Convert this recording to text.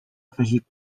afegir